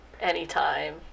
anytime